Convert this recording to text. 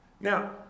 Now